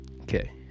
Okay